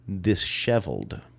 disheveled